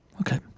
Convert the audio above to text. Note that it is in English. Okay